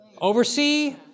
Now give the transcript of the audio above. Oversee